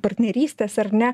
partnerystės ar ne